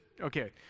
okay